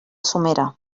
somera